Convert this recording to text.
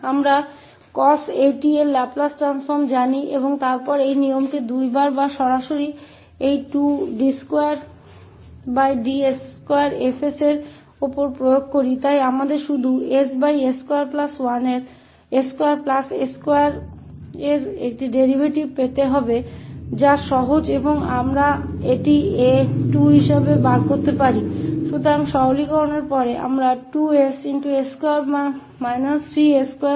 हम cos 𝑎𝑡 के Laplace रूपान्तरण को जानते हैं और फिर इस नियम को दो बार या सीधे इस d2dsF पर लागू करते हैं इसलिए हमें ss2a2का यह डिफ्रेंटिएशन प्राप्त करना है जो सरल है और हम इसे प्राप्त कर सकते हैं 2 बार